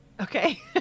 Okay